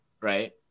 right